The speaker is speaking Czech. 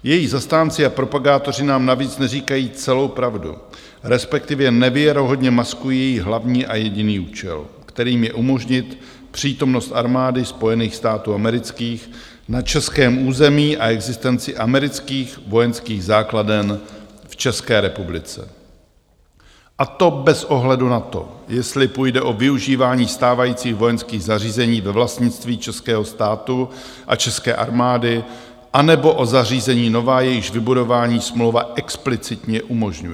Její zastánci a propagátoři nám navíc neříkají celou pravdu, respektive nevěrohodně maskují její hlavní a jediný účel, kterým je umožnit přítomnost armády Spojených států amerických na českém území a existenci amerických vojenských základen v České republice, a to bez ohledu na to, jestli půjde o využívání stávajících vojenských zařízení ve vlastnictví českého státu a české armády, anebo o zařízení nová, jejichž vybudování smlouva explicitně umožňuje.